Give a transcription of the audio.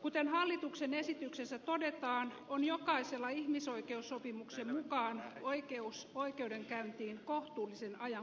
kuten hallituksen esityksessä todetaan on jokaisella ihmisoikeussopimuksen mukaan oikeus oikeudenkäyntiin kohtuullisen ajan kuluessa